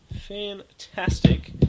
Fantastic